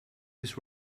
his